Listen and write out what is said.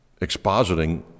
expositing